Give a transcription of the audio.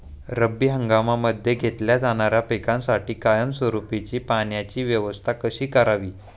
रब्बी हंगामामध्ये घेतल्या जाणाऱ्या पिकांसाठी कायमस्वरूपी पाण्याची व्यवस्था कशी करावी?